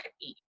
eat